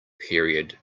period